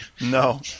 No